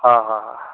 ꯍꯣꯏ ꯍꯣꯏ ꯍꯣꯏ